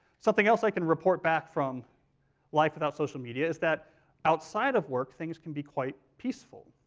something else i can report back from life without social media is that outside of work, things can be quite peaceful.